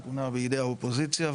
נתונה בידי האופוזיציה,